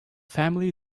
family